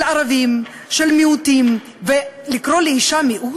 של ערבים, של מיעוטים, לקרוא לאישה מיעוט?